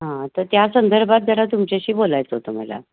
हां तर त्या संदर्भात जरा तुमच्याशी बोलायचं होतं मला